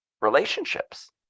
relationships